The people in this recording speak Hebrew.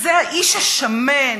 זה האיש השמן,